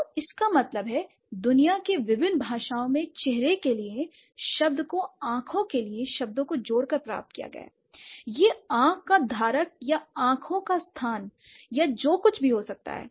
तो इसका मतलब है दुनिया की विभिन्न भाषाओं में चेहरे के लिए शब्द को आंखों के लिए शब्दों को जोड़कर प्राप्त किया गया है यह आंख का धारक या आंखों का स्थान या जो कुछ भी हो सकता है